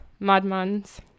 Madmans